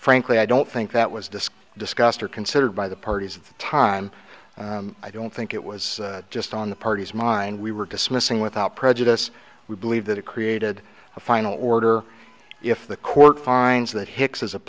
frankly i don't think that was disc discussed or considered by the parties of the time i don't think it was just on the parties mind we were dismissing without prejudice we believe that it created a final order if the court finds that hicks is a